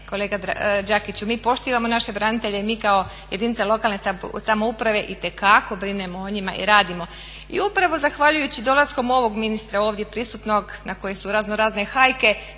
kolega Đakiću mi poštivamo naše branitelje i mi kao jedinica lokalne samouprave itekako brinemo o njima i radimo. I upravo zahvaljujući dolaskom ovog ministra ovdje prisutnog na kojeg su razno razne hajke